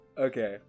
Okay